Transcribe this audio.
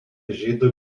žydų